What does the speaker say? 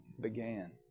began